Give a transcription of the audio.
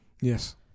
Yes